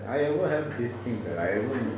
I ever have these things I ever